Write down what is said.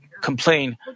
complain